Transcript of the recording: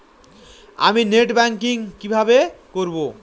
আমি net banking কিভাবে করব?